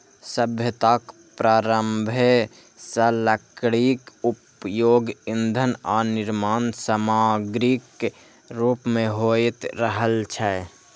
सभ्यताक प्रारंभे सं लकड़ीक उपयोग ईंधन आ निर्माण समाग्रीक रूप मे होइत रहल छै